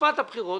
תקופת הבחירות.